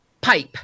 pipe